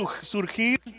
surgir